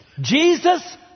Jesus